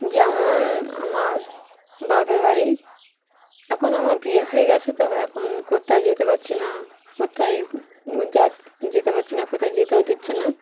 যেমন আমার বাপের বাড়ি এখন আমার বিয়ে হয়ে গেছে তো এখন কোথায় যেতে পারছি না কোথায় যা যেতে পারছি না কোথায় যেতেও দিচ্ছে না